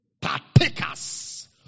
partakers